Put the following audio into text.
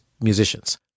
musicians